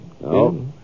No